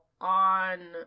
on